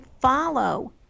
follow